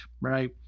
right